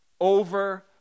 over